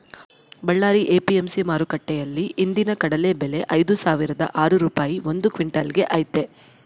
Ballari APMC ಮಾರುಕಟ್ಟೆಯಲ್ಲಿ ಇಂದಿನ ಕಡಲೆ ಬೆಲೆ ಐದುಸಾವಿರದ ಆರು ರೂಪಾಯಿ ಒಂದು ಕ್ವಿನ್ಟಲ್ ಗೆ ಐತೆ